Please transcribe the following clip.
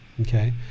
okay